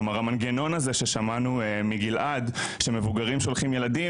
כלומר המנגנון הזה ששמענו מגלעד שמבוגרים שולחים ילדים,